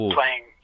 playing